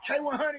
K100